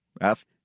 ask